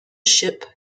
ship